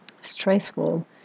stressful